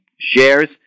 shares